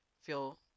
feel